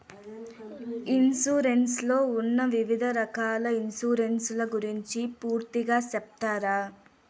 Insurance లో ఉన్న వివిధ రకాల ఇన్సూరెన్సు ల గురించి పూర్తిగా సెప్తారా?